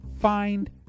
find